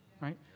right